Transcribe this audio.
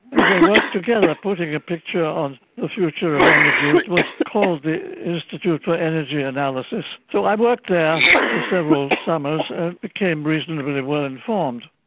they worked together putting a picture of the future of energy. it was called the institute for energy analysis. so i worked there for several summers and became reasonably well informed.